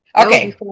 okay